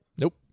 Nope